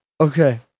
Okay